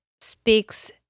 speaks